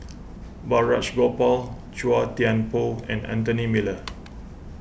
Balraj Gopal Chua Thian Poh and Anthony Miller